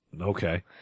Okay